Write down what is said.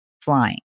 flying